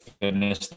finish